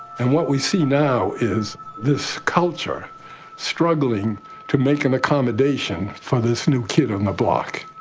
and what we see now is this culture struggling to make an accommodation for this new kid on the block.